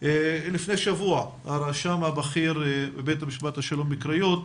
לפני שבוע הרשם הבכיר בבית המשפט השלום בקריות,